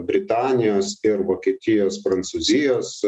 britanijos ir vokietijos prancūzijos